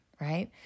right